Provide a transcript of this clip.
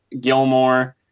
Gilmore